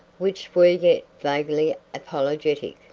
which were yet vaguely apologetic.